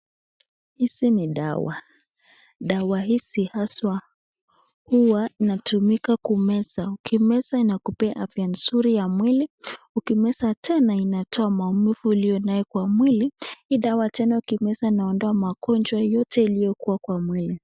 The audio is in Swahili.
Hizi ni dawa. Dawa hizi haswa huwa inatumika kumeza, ukimeza inakupea afya mzuri ya mwili. Ukimeza tena inatoa maumivu ulio nayo kwa mwili hii dawa tena ukimeza inaondoa magonjwa yote iliyokuwa kwa mwili.